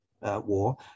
war